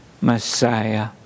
Messiah